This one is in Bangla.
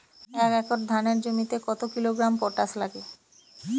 এক একর ধানের জমিতে কত কিলোগ্রাম পটাশ লাগে?